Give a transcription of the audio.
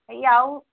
সেই আৰু